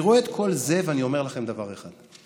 אני רואה את כל זה ואני אומר לכם דבר אחד: